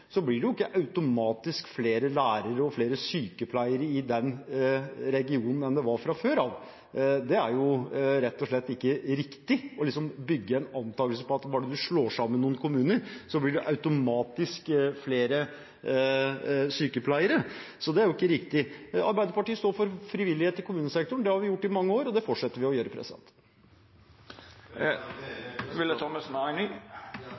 ikke automatisk flere lærere og flere sykepleiere i den regionen enn det var fra før av. Det er rett og slett ikke riktig å bygge en antakelse på at bare man slår sammen noen kommuner, blir det automatisk flere sykepleiere. Det er ikke riktig. Arbeiderpartiet står for frivillighet i kommunesektoren. Det har vi gjort i mange år, og det fortsetter vi å gjøre.